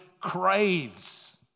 craves